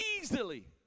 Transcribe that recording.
easily